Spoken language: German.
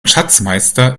schatzmeister